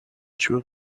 two